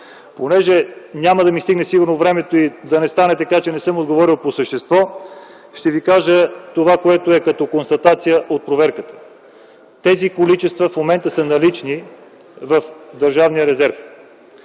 сигурно няма да ми стигне времето и да не стане така, че не съм отговорил по същество, ще Ви кажа това, което е като констатация от проверката. Тези количества в момента са налични в Държавния резерв.